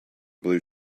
blue